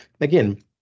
again